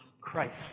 Christ